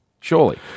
surely